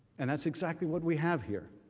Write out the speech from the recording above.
and that's exactly what we have here.